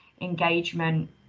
engagement